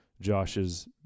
Josh's